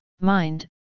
mind